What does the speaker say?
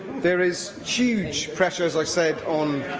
there is huge pressure, as i said, on